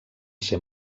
ser